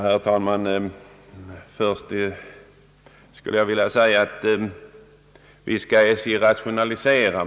Herr talman! Visst skall SJ rationalisera.